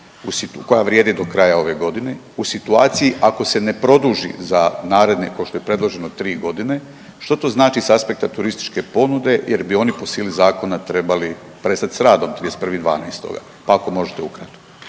koja vrijede do kraja ove godine u situaciji ako se ne produži za naredne kao što je predloženo 3 godine, što to znači s aspekta turističke ponude jer bi oni po sili zakona trebali prestati s radom 31.12., pa ako možete ukratko.